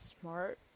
smart